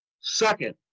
Second